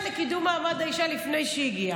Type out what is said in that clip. לקידום מעמד האישה לפני שהיא הגיעה.